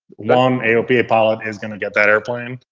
one aopa pilot is going to get that airplane,